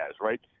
right